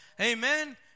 amen